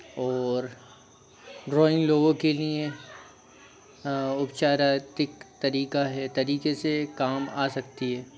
और ड्रॉइंग लोगों के लिए उपचारार्तिक तरीका है तरीके से कम आ सकती है